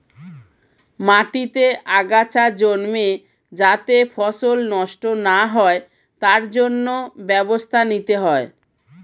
মাটিতে আগাছা জন্মে যাতে ফসল নষ্ট না হয় তার জন্য ব্যবস্থা নিতে হয়